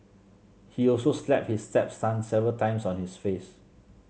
he also slapped his stepson several times on his face